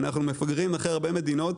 אנחנו מפגרים אחרי הרבה מדינות,